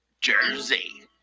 Jersey